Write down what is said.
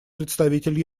представитель